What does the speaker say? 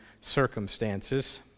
circumstances